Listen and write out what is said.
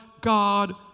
God